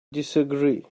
disagree